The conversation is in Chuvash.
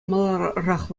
маларах